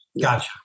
Gotcha